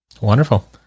Wonderful